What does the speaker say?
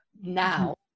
now